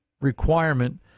requirement